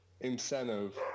incentive